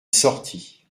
sortit